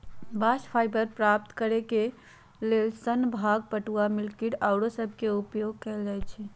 bast fibre प्राप्त करेके लेल सन, भांग, पटूआ, मिल्कवीड आउरो सभके उपयोग कएल जाइ छइ